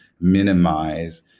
minimize